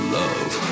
love